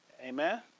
Amen